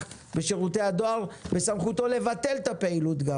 בשירותי הדואר בסמכותו גם לבטל את הפעילות.